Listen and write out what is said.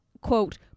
quote